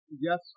Yes